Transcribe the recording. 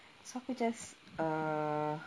so we just